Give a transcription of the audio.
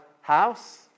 house